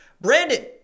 Brandon